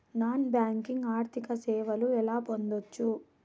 Non banking ఆర్థిక సేవలు ఎలా పొందొచ్చు?